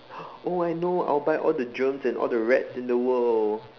oh I know I will buy all the germs and all the rats in the world